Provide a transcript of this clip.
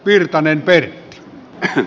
virtanen per v e